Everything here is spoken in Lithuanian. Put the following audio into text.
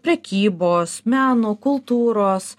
prekybos meno kultūros